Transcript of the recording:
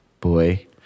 boy